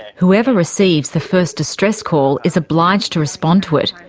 whoever receives the first distress call is obliged to respond to it,